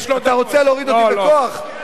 אתה רוצה להוריד אותי בכוח?